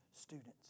students